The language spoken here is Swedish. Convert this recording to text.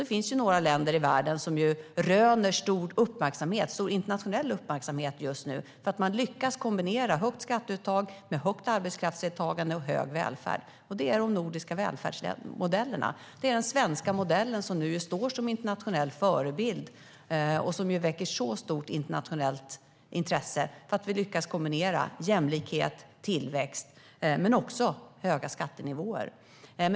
Det finns några länder i världen som röner stor internationell uppmärksamhet för att man lyckas kombinera högt skatteuttag med högt arbetskraftsdeltagande och hög nivå på välfärden. Det är de nordiska välfärdsmodellerna. Det är den svenska modellen som står som internationell förebild och som väcker stort internationellt intresse för att vi lyckas kombinera jämlikhet och tillväxt med höga skattenivåer.